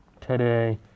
today